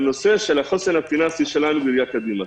והנושא של החוסן הפיננסי שלנו בראייה קדימה.